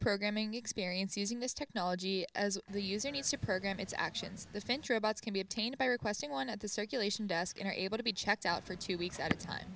programming experience using this technology as the user needs to program its actions can be obtained by requesting one at the circulation desk and able to be checked out for two weeks at a time